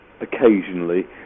occasionally